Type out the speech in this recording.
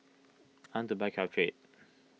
I want to buy Caltrate